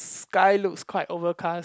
sky looks quite overcast